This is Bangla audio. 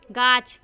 গাছ